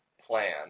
plan